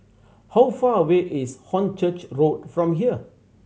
how far away is Hornchurch Road from here